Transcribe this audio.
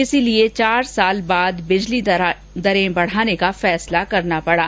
इसलिए चार साल बाद विद्युत दरें बढाने का फैसला करना पड़ा